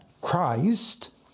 Christ